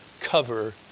cover